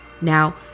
Now